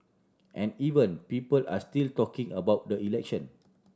and even people are still talking about the election